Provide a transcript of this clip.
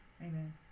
Amen